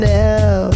now